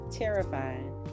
terrifying